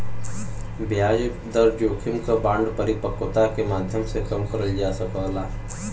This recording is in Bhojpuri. ब्याज दर जोखिम क बांड परिपक्वता के माध्यम से कम करल जा सकला